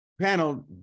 Panel